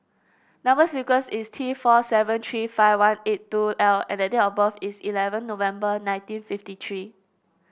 number sequence is T four seven three five one eight two L and the date of birth is eleven November nineteen fifty three